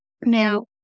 Now